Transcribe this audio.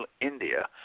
India